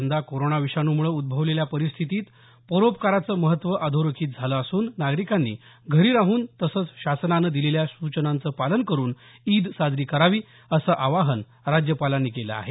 यंदा कोरोना विषाणूमुळे उद्भवलेल्या परिस्थितीत परोपकाराचं महत्व अधोरेखित झालं असून नागरिकांनी घरी राहून तसंच शासनानं दिलेल्या सूचनांचं पालन करून ईद साजरी करावी असं आवाहन राज्यपालांनी केलं आहे